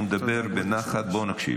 הוא מדבר בנחת, בואו נקשיב.